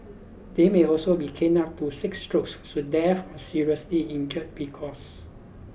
they may also be caned up to six strokes should death or seriously injury be caused